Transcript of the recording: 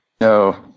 No